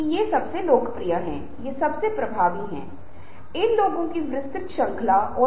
तो यह फिर से बहुत बार गलत व्याख्या है